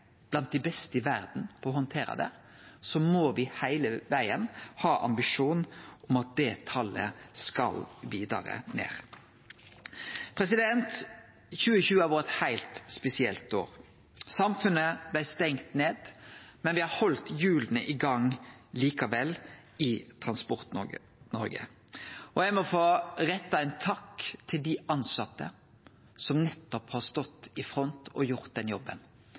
blant dei beste i verda på å handtere det, må me heile vegen ha ein ambisjon om at det talet skal vidare ned. 2020 har vore eit heilt spesielt år. Samfunnet blei stengt ned, men me har likevel halde hjula i gang i Transport-Noreg. Eg må få rette ein takk til dei tilsette som nettopp har stått i front og gjort den jobben.